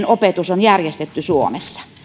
opetus on järjestetty suomessa